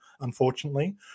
unfortunately